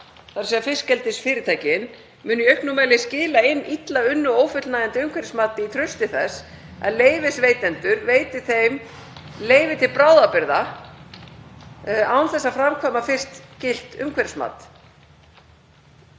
þ.e. fiskeldisfyrirtækin, muni í auknum mæli skila inn illa unnu og ófullnægjandi umhverfismati í trausti þess að leyfisveitendur veiti þeim leyfi til bráðabirgða án þess að framkvæma fyrst gilt umhverfismat.